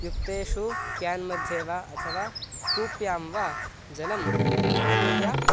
युक्तेषु क्यान् मध्ये वा अथवा कूप्यां वा जलम् आनीय